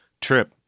trip